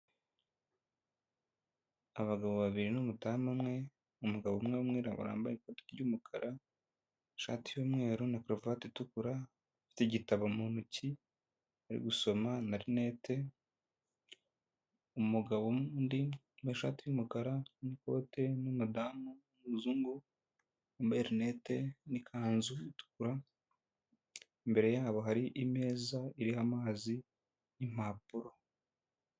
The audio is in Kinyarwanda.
Abagabo babiri numudamu umwe umugabo umwe wmwirabura bambaye ikoti ry'umukara shati y'umweru na karuvati itukura afite igitabo mu ntoki ari gusoma nanette umugabo undi amashati y'umukara n'ikote n'umudamu wumuzungu wambernette n'ikanzu itukura imbere yabo hari imeza iriho amazi impapuro.